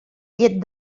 llet